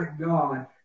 God